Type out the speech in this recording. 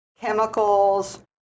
chemicals